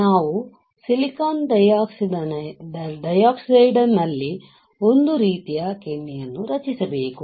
ನಾವು silicon dioxide ನಲ್ಲಿ ಒಂದು ಈ ರೀತಿಯ ಕಿಂಡಿಯನ್ನು ರಚಿಸಬೇಕು